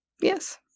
Yes